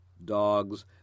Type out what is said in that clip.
Dogs